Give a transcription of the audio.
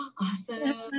awesome